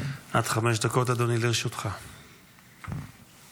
עד חמש דקות לרשותך, אדוני.